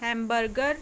hamburger